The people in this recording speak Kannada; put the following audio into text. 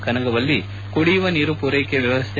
ಕನಗವಲ್ಲಿ ಕುಡಿಯುವ ನೀರು ಪೂರೈಕೆ ವ್ಯವಸ್ಥೆ